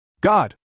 God